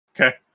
Okay